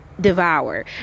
devour